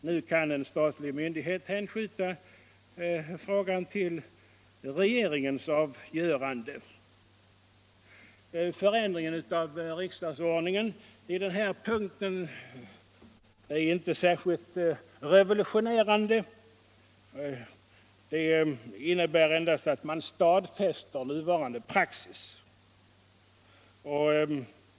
Nu kan en statlig myndighet hänskjuta frågan till regeringens avgörande. Förändringen av riksdagsordningen i denna punkt är inte särskilt revolutionerande. Den innebär endast att man stadfäster nuvarande praxis.